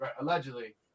allegedly